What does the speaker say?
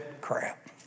crap